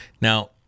Now